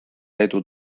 edu